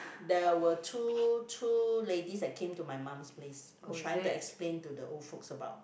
there were two two ladies that came to my mum's place was trying to explain to the old folks about